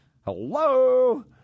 Hello